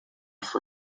for